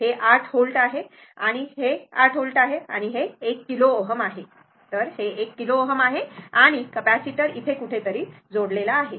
हे 8 व्होल्ट आहे आणि हे 8 व्होल्ट आहे आणि हे 1 किलोओहम आहे हे 1 किलोओहम आहे आणि कपॅसिटर इथे कुठेतरी जोडलेला आहे